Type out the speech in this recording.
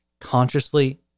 consciously